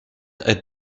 elle